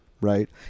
right